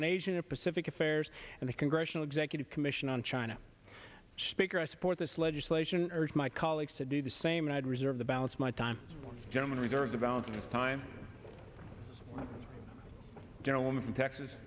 on asian and pacific affairs and the congressional executive commission on china speaker i support this legislation urge my colleagues to do the same and i'd reserve the balance of my time gentlemen reserve development time gentleman from texas